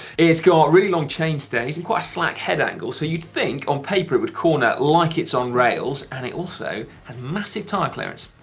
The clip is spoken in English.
it's got really long chain stays and quite slack head angle, so you'd think, on paper, it would corner like its own rails and it also has and massive tire clearance.